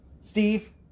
Steve